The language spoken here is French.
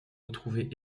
retrouvé